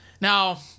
Now